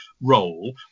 role